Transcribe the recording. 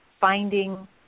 finding